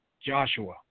Joshua